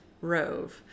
Rove